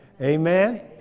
amen